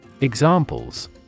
Examples